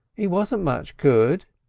e wasn't much good,